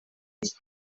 iki